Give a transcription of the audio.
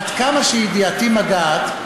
עד כמה שידיעתי מגעת,